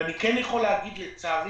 אני כן יכול להגיד, לצערי